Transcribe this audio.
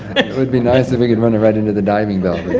it would be nice if we could run it right into the diving bell.